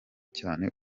cyane